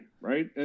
right